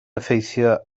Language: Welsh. effeithio